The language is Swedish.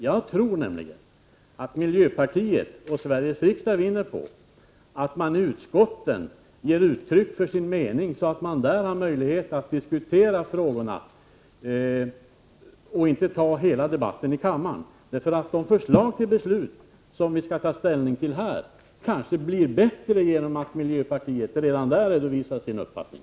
Jag tror nämligen att miljöpartiet och Sveriges riksdag vinner på att man i utskotten ger uttryck för sin mening, så att man där har möjlighet att diskutera frågorna och inte behöver föra hela debatten i kammaren. De förslag till beslut som vi skall ta ställning till här skulle kanske bli bättre, om miljöpartiet redan i utskotten redovisade sin uppfattning.